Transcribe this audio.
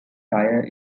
tire